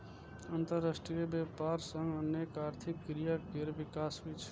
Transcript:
अंतरराष्ट्रीय व्यापार सं अनेक आर्थिक क्रिया केर विकास होइ छै